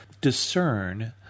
discern